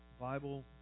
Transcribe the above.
Bible